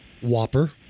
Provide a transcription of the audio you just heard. Whopper